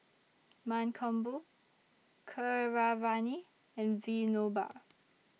Mankombu Keeravani and Vinoba